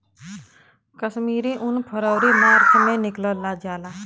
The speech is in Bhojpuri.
कश्मीरी उन फरवरी मार्च में निकालल जाला